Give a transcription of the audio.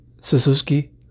Suzuki